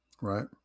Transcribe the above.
right